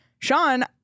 Sean